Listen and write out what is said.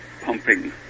pumping